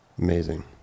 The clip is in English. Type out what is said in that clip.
Amazing